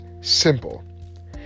simple